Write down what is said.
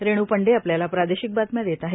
रेण पंडे आपल्याला प्रादेशिक बातम्या देत आहे